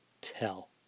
tell